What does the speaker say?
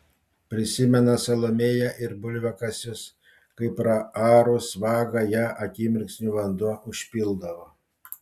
prisimena salomėja ir bulviakasius kai praarus vagą ją akimirksniu vanduo užpildavo